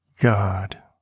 God